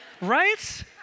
right